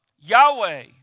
Yahweh